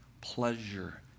pleasure